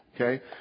Okay